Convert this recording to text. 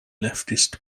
leftist